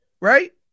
right